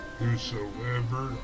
whosoever